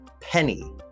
Penny